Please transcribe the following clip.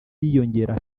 yiyongera